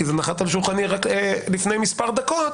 כי זה נחת על שולחני רק לפני מספר דקות